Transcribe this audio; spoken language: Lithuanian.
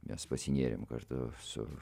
mes pasinėrėm kartu su